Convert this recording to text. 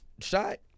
shot